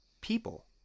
people